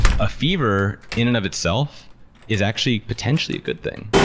a fever in and of itself is actually potentially a good thing.